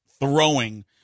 throwing